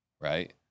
Right